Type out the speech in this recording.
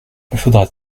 faudra